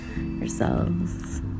yourselves